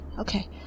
Okay